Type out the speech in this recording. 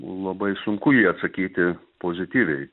labai sunku į jį atsakyti pozityviai